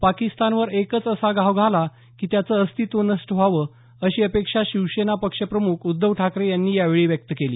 पाकिस्तानवर एकच असा घाव घाला की त्यांचं अस्तीत्व नष्ट व्हावं अशी अपेक्षा शिवसेना पक्ष प्रमुख उद्धव ठाकरे यांनी यावेळी व्यक्त केली